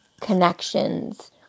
connections